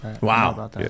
wow